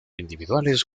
individuales